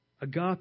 Agape